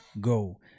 go